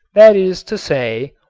that is to say,